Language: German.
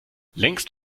längst